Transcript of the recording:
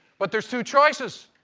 but there's two choices.